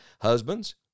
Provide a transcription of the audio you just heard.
Husbands